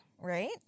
Right